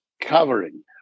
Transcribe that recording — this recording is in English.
covering